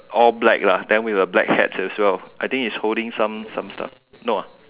all black lah then with a black hat as well I think he is holding some some stuff no ah